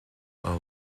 are